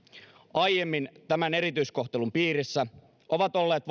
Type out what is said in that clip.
aiemmin tämän erityskohtelun piirissä ovat olleet